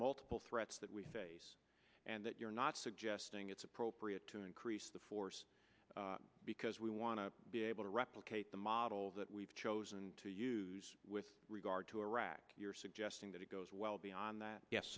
multiple threats that we face and that you're not suggesting it's appropriate to increase the force because we want to be able to replicate the model that we've chosen to use with regard to iraq you're suggesting that it goes well beyond that yes